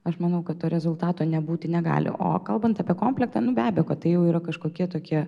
aš manau kad to rezultato nebūti negali o kalbant apie komplektą nu be abejo kad tai jau yra kažkokie tokie